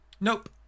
Nope